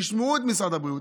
תשמעו את משרד הבריאות,